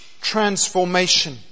transformation